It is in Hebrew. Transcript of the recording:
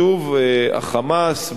ה"חמאס",